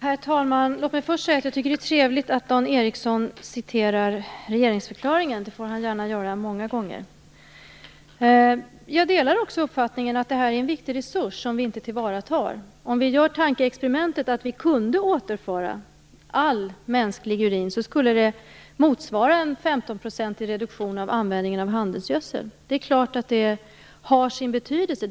Herr talman! Låt mig först säga att jag tycker att det är trevligt att Dan Ericsson citerar regeringsförklaringen. Det får han gärna göra många gånger. Jag delar uppfattningen att det här är en viktig resurs som vi inte tar till vara. Om vi gör tankeexperimentet att vi kunde återföra alla mänsklig urin skulle det motsvara en reduktion av användningen av handelsgödsel med 15 %. Det är klart att det har sin betydelse.